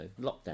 lockdown